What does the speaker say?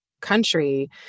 country